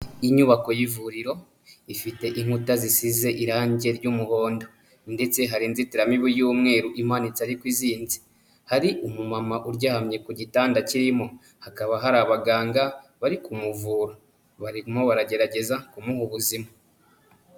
Inyubako y'ivuriro ifite inkuta zisize irangi ry'umuhondo ndetse hari inzitiramibu y'umweru imanitse ariko izinze. Hari umumama uryamye ku gitanda kirimo, hakaba hari abaganga bari kumuvura. Barimo baragerageza kumuha ubuzima.